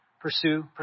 pursue